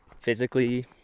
physically